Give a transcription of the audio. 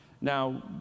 Now